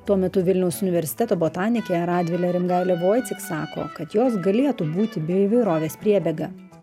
tuo metu vilniaus universiteto botanikė radvilė rimgailė voicik sako kad jos galėtų būti bioįvairovės priebėga